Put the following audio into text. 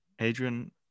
adrian